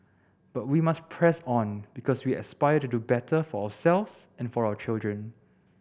but we must press on because we aspire to do better for ourselves and our children